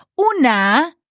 una